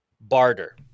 barter